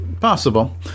Possible